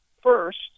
first